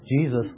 Jesus